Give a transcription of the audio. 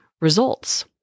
results